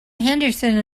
henderson